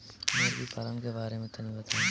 मुर्गी पालन के बारे में तनी बताई?